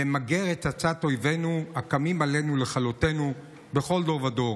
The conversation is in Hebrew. כדי למגר את עצת אויבנו הקמים עלינו לכלותינו בכל דור ודור.